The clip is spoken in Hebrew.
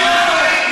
שהתחיל את כל המהומה.